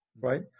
right